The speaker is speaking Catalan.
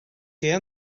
què